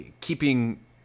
keeping